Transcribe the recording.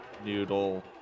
noodle